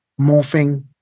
morphing